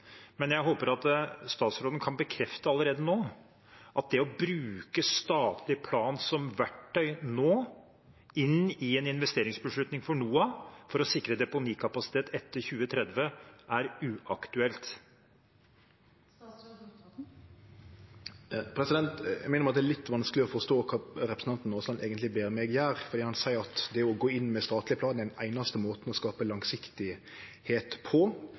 Men jeg håper at statsråden kan bekrefte allerede nå at det å bruke statlig plan som verktøy nå, inn i en investeringsbeslutning for NOAH for å sikre deponikapasitet etter 2030, er uaktuelt. Eg må innrømme at det er litt vanskeleg å forstå kva representanten Aasland eigentleg ber meg om å gjere, for han seier at det å gå inn med statleg plan er den einaste måten å skaffe langsiktigheit på,